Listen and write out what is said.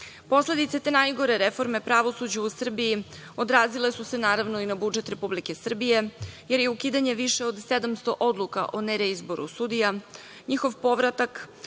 iskustvo. Posledice te najgore reforme pravosuđa u Srbiji odrazile su se, naravno, i na budžet Republike Srbije, jer je ukidanje više od 700 odluka o nereizboru sudija